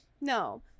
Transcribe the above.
no